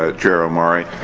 ah chair omari.